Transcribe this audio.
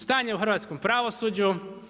Stanje u hrvatskom pravosuđu.